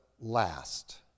last